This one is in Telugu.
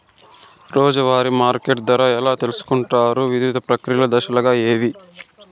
రోజూ వారి మార్కెట్ ధర ఎలా తెలుసుకొంటారు వివిధ ప్రక్రియలు దశలు ఏవి?